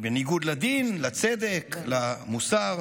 בניגוד לדין, לצדק, למוסר.